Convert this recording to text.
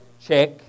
Check